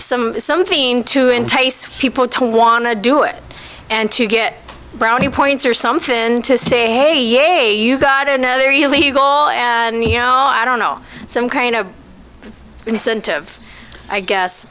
some something to entice people to want to do it and to get brownie points or somethin to say hey you got another you legal and you know i don't know some kind of incentive i guess